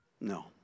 No